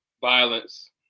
Violence